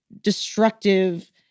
destructive